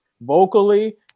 vocally